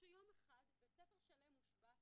שיום אחד בית ספר שלם הושבת בגלל,